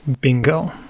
bingo